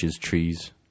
trees